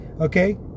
okay